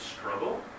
struggle